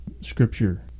Scripture